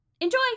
Enjoy